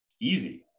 easy